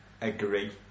agree